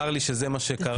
צר לי שזה מה שקרה.